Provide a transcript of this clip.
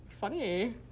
Funny